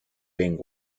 being